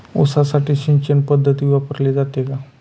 ऊसासाठी सिंचन पद्धत वापरली जाते का?